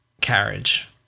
carriage